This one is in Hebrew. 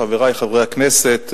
חברי חברי הכנסת,